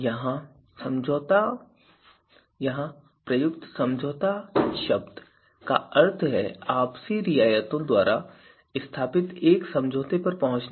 यहां प्रयुक्त समझौता शब्द का अर्थ है आपसी रियायतों द्वारा स्थापित एक समझौते पर पहुंचना